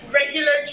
regular